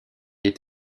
est